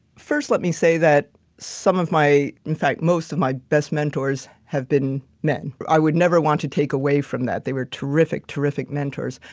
first, let me say that some of my in fact, most of my best mentors have been men, i would never want to take away from, they were terrific, terrific mentors.